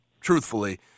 truthfully